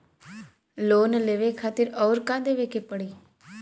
Loan लेवे खातिर अउर का देवे के पड़ी?